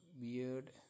weird